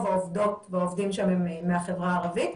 העובדות והעובדים שם הם מהחברה הערבית,